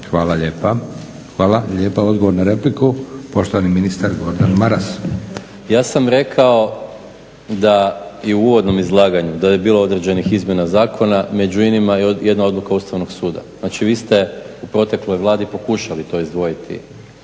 Hvala lijepa, hvala lijepa. Odgovor na repliku, poštovani ministar Gordan Maras. **Maras, Gordan (SDP)** Ja sam rekao da, i u uvodnom izlaganju da je bilo određenih izmjena zakona. Među inima i jedna odluka Ustavnog suda. Znači vi ste u protekloj Vladi pokušali to izdvojiti